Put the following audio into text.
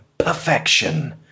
perfection